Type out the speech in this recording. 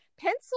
pencil